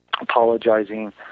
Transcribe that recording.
apologizing